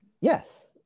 Yes